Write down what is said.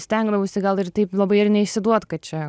stengdavausi gal ir taip labai ir neišsiduot kad čia